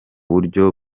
buryo